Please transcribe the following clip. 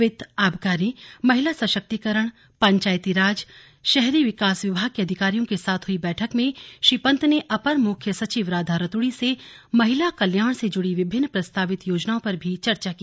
वित्त आबकारी महिला सशक्तिकरण पंचायतीराज शहरी विकास विभाग के अधिकारियों के साथ हुई बैठक में श्री पंत ने अपर मुख्य सचिव राधा रतूड़ी से महिला कल्याण से जुड़ी विभिन्न प्रस्तावित योजनाओं पर भी चर्चा की